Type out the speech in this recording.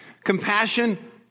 Compassion